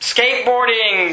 Skateboarding